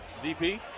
dp